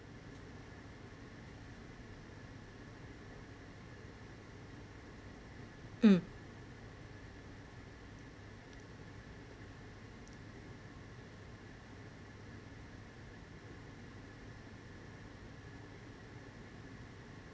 mm